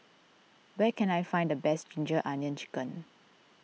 where can I find the best Ginger Onions Chicken